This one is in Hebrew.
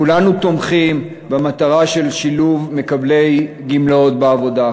כולנו תומכים במטרה של שילוב מקבלי גמלאות בעבודה,